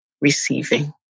receiving